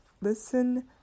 listen